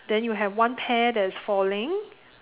then you have one pear that is falling